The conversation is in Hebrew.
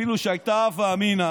שאפילו הייתה הווה אמינא